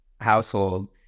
household